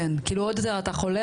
כאילו לא מספיק אתה חולה,